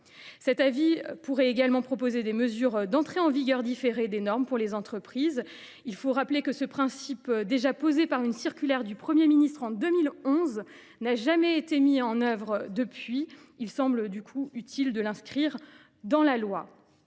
Ces avis pourraient également proposer des mesures d’entrée en vigueur différée des normes pour les entreprises. Ce principe, déjà posé par une circulaire du Premier ministre en 2011, n’a jamais été mis en œuvre. Il semble utile de l’inscrire dans la loi.